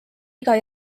iga